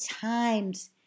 times